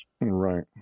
Right